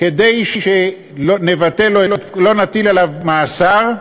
כדי שלא נטיל עליו מאסר,